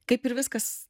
kaip ir viskas